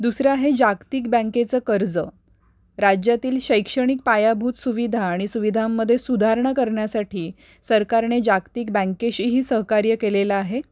दुसरं आहे जागतिक बँकेचं कर्ज राज्यातील शैक्षणिक पायाभूत सुविधा आणि सुविधांमध्ये सुधारणा करण्यासाठी सरकारने जागतिक बँकेशीही सहकार्य केलेलं आहे